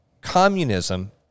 communism